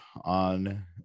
on